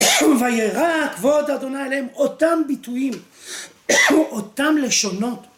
ויירק ועוד אדוני אליהם אותם ביטויים, אותם לשונות